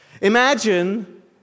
Imagine